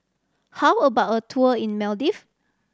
how about a tour in Maldive